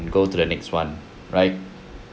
we go to the next [one] right